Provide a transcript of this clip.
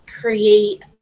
create